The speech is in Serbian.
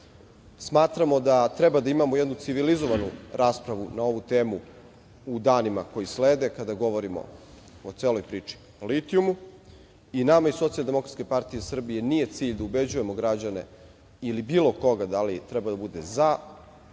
smatramo da treba da imamo jednu civilizovanu raspravu na ovu temu u danima koji slede, kada govorimo o celoj priči o litijumu. Nama i Socijaldemokratskoj partiji nije cilj da ubeđujemo građane ili bilo koga da li treba da bude za rudarenje